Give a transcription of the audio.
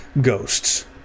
ghosts